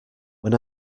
when